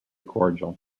cordial